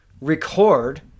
record